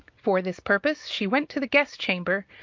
for this purpose she went to the guest-chamber,